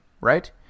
right